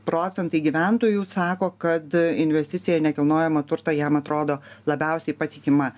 procentai gyventojų sako kad investicija į nekilnojamą turtą jiem atrodo labiausiai patikima